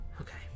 Okay